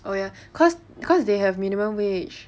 oh ya cause cause they have minimum wage